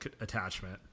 attachment